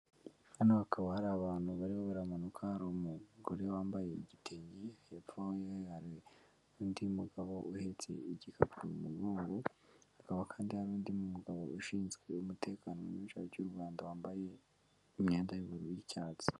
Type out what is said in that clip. Hano hakaba hari abantu barimo baramanuka, hari umugore wambaye igitenge, hepfo ye hari undi mugabo uhetse igikapu mu mugongo, hakaba kandi hari undi mugabo ushinzwe umutekano mu gihugu cy'u Rwanda, wambaye imyenda y'ubururu n'icyatsi.